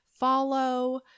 follow